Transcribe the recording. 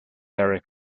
area